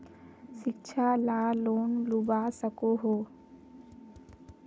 शिक्षा ला लोन लुबा सकोहो?